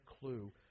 clue